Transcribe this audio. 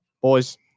Boys